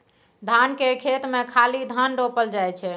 धान केर खेत मे खाली धान रोपल जाइ छै